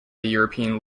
european